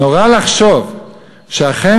נורא לחשוב שאכן